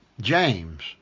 James